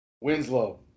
Winslow